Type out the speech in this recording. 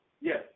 Yes